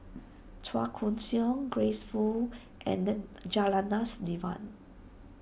Chua Koon Siong Grace Fu and Janadas Devan